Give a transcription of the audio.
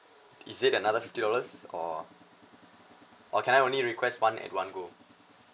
is it another fifty dollars or or can I only request one at one go